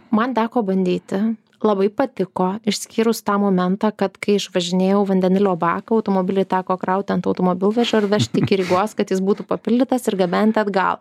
man teko bandyti labai patiko išskyrus tą momentą kad kai išvažinėjau vandenilio baką automobilį teko krauti ant automobilvežio ir vežti iki rygos kad jis būtų papildytas ir gabenti atgal